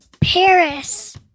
Paris